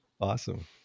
Awesome